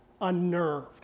unnerved